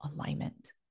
alignment